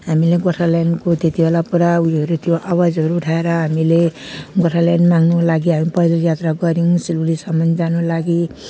हामीलाई गोर्खाल्यान्डको त्यति बेला पुरा ऊ योहरू थियो आवाजहरू उठाएर हामीले गोर्खाल्यान्ड माग्नुको लागि हामी पैदल यात्रा गऱ्यौँ सिलगढीसम्मन् जानुको लागि